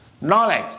knowledge